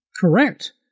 correct